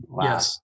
Yes